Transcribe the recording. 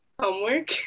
Homework